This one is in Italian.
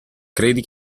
credi